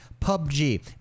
PUBG